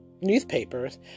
newspapers